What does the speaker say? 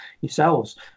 yourselves